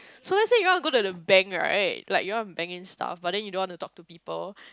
so let's say you want to go to the bank right like you want to bank in stuff but then you don't want to talk to people